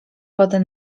wodę